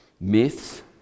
myths